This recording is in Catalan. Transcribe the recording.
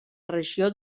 regió